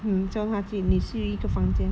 你叫他去你睡一个房间